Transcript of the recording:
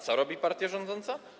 Co robi partia rządząca?